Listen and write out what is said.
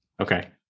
Okay